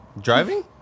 driving